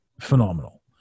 phenomenal